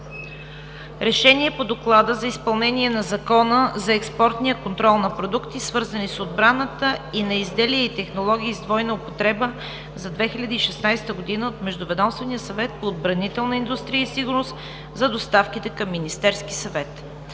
„РЕШЕНИЕ по Доклада за изпълнението на Закона за експортния контрол на продукти, свързани с отбраната, и на изделия и технологии с двойна употреба през 2016 г. от Междуведомствения съвет по отбранителна индустрия и сигурност на доставките към Министерския съвет